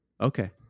Okay